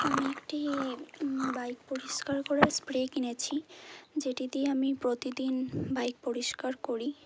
আমি একটি বাইক পরিষ্কার করার স্প্রে কিনেছি যেটি দিয়ে আমি প্রতিদিন বাইক পরিষ্কার করি